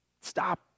stop